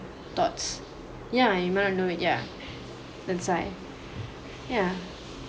thoughts ya you might don't know it ya that's why ya